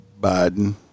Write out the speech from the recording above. Biden